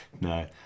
No